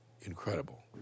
incredible